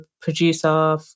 producer